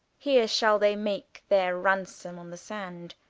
heere shall they make their ransome on the sand,